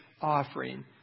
offering